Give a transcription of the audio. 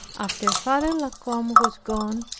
after father la combe was gone,